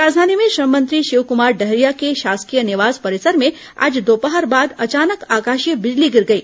राजधानी में श्रम मंत्री शिवकुमार डहरिया के शासकीय निवास परिसर में आज दोपहर बाद अचानक आकाशॉय बिजली गिर गई